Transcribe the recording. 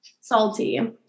salty